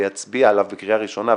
ויצביע עליו בקריאה ראשונה,